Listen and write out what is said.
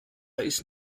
ist